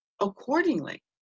accordingly